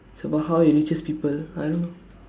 it's about how it reaches people I don't know